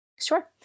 Sure